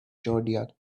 zodiac